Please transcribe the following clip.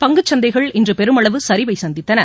பங்குச்சந்தைகள் இன்று பெருமளவு சரிவை சந்தித்தன